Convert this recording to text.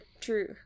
true